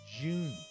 June